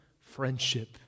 friendship